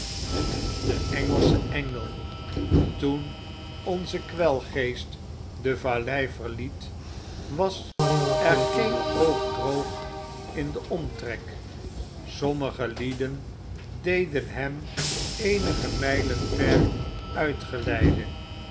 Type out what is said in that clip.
den erfgelschen engel toen onze kwelgeest de vajtei verliet was er geen oog droog in den omtrek sommige lieden deden hem eenige mijlen ver